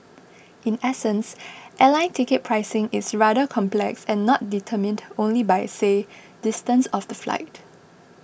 in essence airline ticket pricing is rather complex and not determined only by say distance of the flight